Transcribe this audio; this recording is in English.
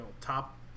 top